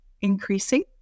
increasing